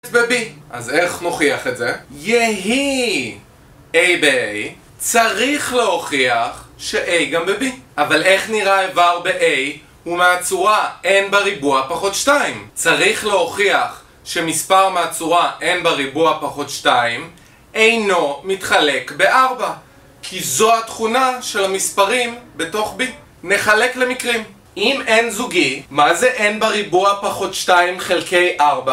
אז ב-b, אז איך נוכיח את זה? יהי a ב-a צריך להוכיח ש-a גם ב-b אבל איך נראה איבר ב-a הוא מהצורה n בריבוע פחות 2. צריך להוכיח שמספר מהצורה n בריבוע פחות 2 אינו מתחלק ב-4 כי זו התכונה של המספרים בתוך b. נחלק למקרים, אם n זוגי, מה זה n בריבוע פחות 2 חלקי 4?